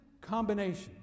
combination